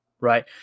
right